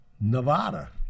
Nevada